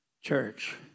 church